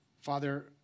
Father